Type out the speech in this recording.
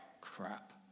crap